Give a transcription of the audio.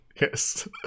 Yes